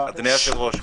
אדוני היושב-ראש,